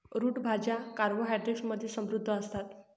route भाज्या carbohydrates मध्ये समृद्ध असतात